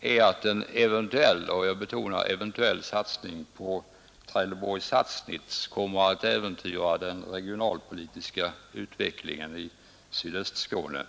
är att en eventuell — jag betonar eventuell — satsning på Trelleborg—Sassnitz kommer att äventyra den regionalpolitiska utvecklingen i Sydöstskåne.